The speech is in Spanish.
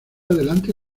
adelante